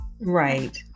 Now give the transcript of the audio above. Right